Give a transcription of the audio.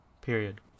Period